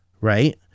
right